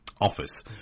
office